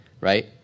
right